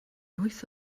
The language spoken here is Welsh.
wyth